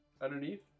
underneath